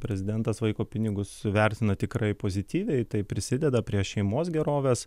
prezidentas vaiko pinigus vertina tikrai pozityviai tai prisideda prie šeimos gerovės